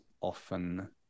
often